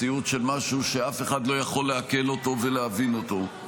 מציאות של משהו שאף אחד לא יכול לעכל אותו ולהבין אותו.